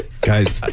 guys